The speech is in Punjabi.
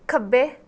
ਖੱਬੇ